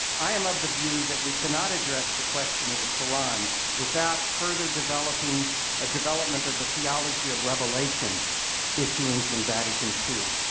i am of the view that we cannot address the question of the quran without further developing a development of the theology of revelation issuing from vatican ii.